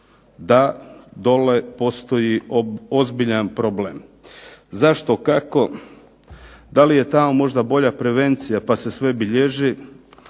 da dole postoji ozbiljan problem. Zašto? Kako? Da li je tamo možda bolja prevencija pa se sve bilježi?